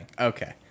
Okay